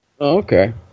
Okay